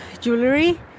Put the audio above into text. jewelry